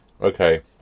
Okay